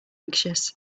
anxious